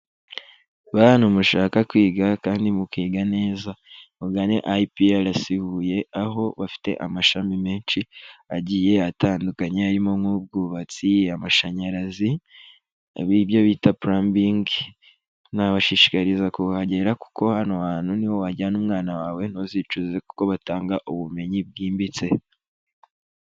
Bantu mushaka kwiga kandi mukiga neza mugane IPRC Huye aho bafite amashami menshi agiye atandukanye harimo nk'ubwubatsi, amashanyarazi, haba ibyo bita plambing. Nabashishikariza kuhagera, kuko hano hantu niho wajyana umwana wawe ntuzicuze, kuko batanga ubumenyi bwimbitse.